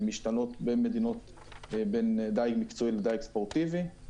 משתנות בין דייג מקצועי לדייג ספורטיבי.